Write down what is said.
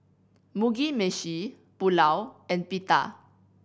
Mugi Meshi Pulao and Pita